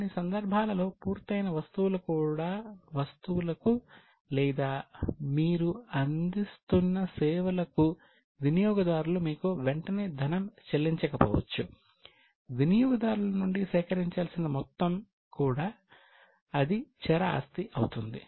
కొన్ని సందర్భాలలో పూర్తయిన వస్తువులకు లేదా మీరు అందిస్తున్న సేవలకు వినియోగదారులు మీకు వెంటనే ధనం చెల్లించకపోవచ్చు వినియోగదారుల నుండి సేకరించాల్సిన మొత్తం కూడా అది చర ఆస్తి అవుతుంది